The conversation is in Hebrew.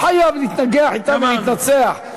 לא חייב להתנגח ולהתנצח אתם,